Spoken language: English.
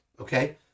Okay